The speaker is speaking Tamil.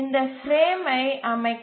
இந்த பிரேமை அமைக்க